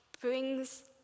brings